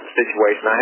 situation